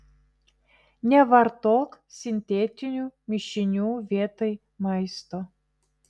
nevartok sintetinių mišinių vietoj maisto